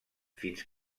fins